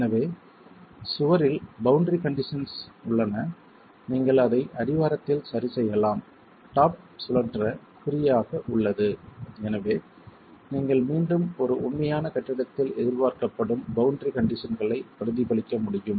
எனவே சுவரில் boundary conditions உள்ளன நீங்கள் அதை அடிவாரத்தில் சரிசெய்யலாம் டாப் சுழற்ற ப்ரீ ஆக உள்ளது எனவே நீங்கள் மீண்டும் ஒரு உண்மையான கட்டிடத்தில் எதிர்பார்க்கப்படும் பௌண்டரி கண்டிஷன்ஸ்களை பிரதிபலிக்க முடியும்